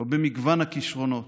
לא במגוון הכישרונות,